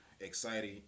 exciting